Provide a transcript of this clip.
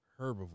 Herbivore